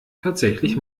tatsächlich